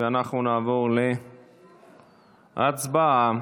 ונעבור להצבעה.